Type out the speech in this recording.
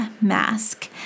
Mask